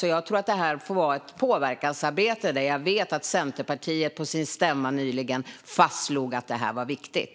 Jag tror därför att det får bli ett påverkansarbete, där jag vet att Centerpartiet på sin stämma nyligen fastslog att detta är viktigt.